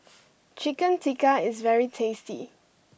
Chicken Tikka is very tasty